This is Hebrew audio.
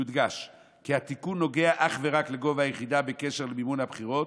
יודגש כי התיקון נוגע אך ורק לגובה היחידה בקשר למימון הבחירות,